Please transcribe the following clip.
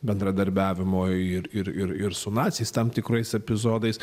bendradarbiavimo ir ir ir su naciais tam tikrais epizodais